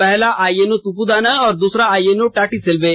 पहला आईएनओ त्पुदाना और दूसरा आईएनओ टाटीसिल्वे